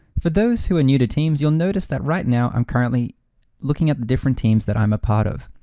for those who are new to teams, you'll notice that right now i'm currently looking at different teams that i'm a part of.